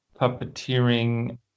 puppeteering